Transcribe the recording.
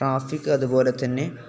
traffic അതുപോലെ തന്നെ